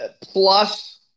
plus